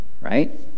right